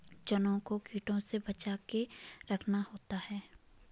चनों को कीटों से बचाके रखना होता है